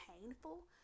painful